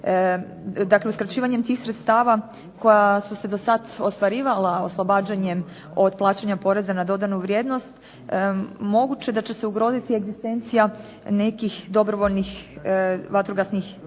Dakle, uskraćivanjem tih sredstava koja su se dosad ostvarivala oslobađanjem od plaćanja poreza na dodanu vrijednost moguće da će se ugroziti egzistencija nekih dobrovoljnih vatrogasnih